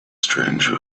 stranger